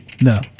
No